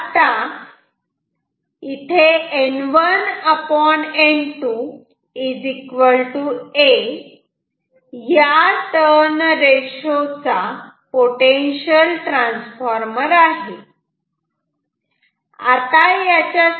तेव्हा आता N1N2 a या टर्न रेशो चा पोटेन्शियल ट्रांसफार्मर आहे